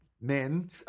men